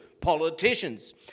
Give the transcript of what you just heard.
politicians